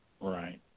right